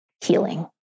healing